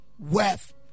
Wealth